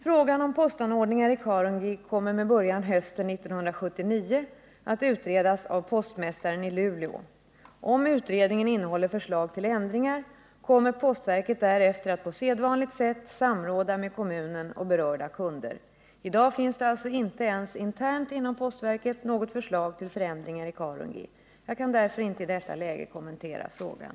Frågan om postanordningar i Karungi kommer med början hösten 1979 att utredas av postmästaren i Luleå. Om utredningen innehåller förslag till ändringar kommer postverket därefter att på sedvanligt sätt samråda med kommunen och berörda kunder. I dag finns det alltså inte ens internt inom postverket något förslag till förändringar i Karungi. Jag kan därför inte i detta läge kommentera frågan.